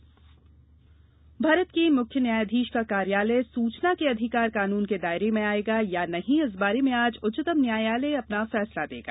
उच्चतम न्यायालय फैसला भारत के मुख्य न्यायाधीश का कार्यालय सूचना के अधिकार कानून के दायरे में आयेगा अथवा नहीं इस बारे में आज उच्चतम न्यायालय अपना फैसला देगा